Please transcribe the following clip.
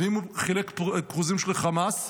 ואם הוא חילק כרוזים של חמאס,